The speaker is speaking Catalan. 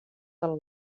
del